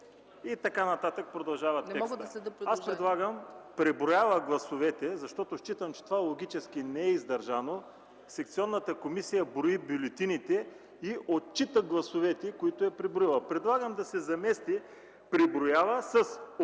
и т.н. текстът продължава. Аз предлагам „преброява гласовете”, защото считам, че това логически не е издържано. Секционната комисия брои бюлетините и отчита гласовете, които е преброила. Предлагам да се замести „преброява” с „отчита”